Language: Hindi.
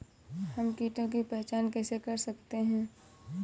हम कीटों की पहचान कैसे कर सकते हैं?